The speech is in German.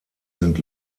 sind